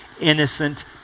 innocent